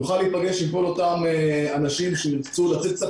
נוכל להיפגש עם כל אותם אנשים שירצו לצאת קצת